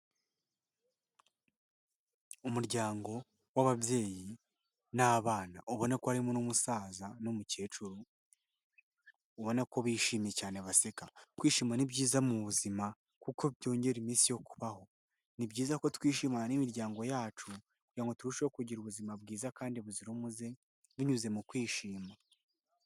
Umuryango w'ababyeyi n'abana ubona ko harimo n'umusaza n'umukecuru ubona ko bishimye cyane baseka, kwishima ni byiza mu buzima kuko byongera iminsi yo kubaho ni byiza ko twishimana n'imiryango yacu kugirango ngo turusheho kugira ubuzima bwiza kandi buzira umuze binyuze mu kwishima.